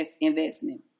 investment